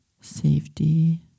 safety